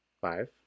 Five